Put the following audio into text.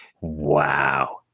Wow